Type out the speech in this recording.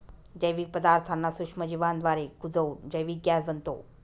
जैविक पदार्थांना सूक्ष्मजीवांद्वारे कुजवून जैविक गॅस बनतो